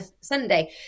sunday